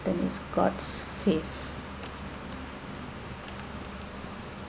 god's faith